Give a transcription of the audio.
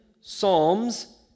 psalms